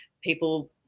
people